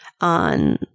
on